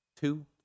two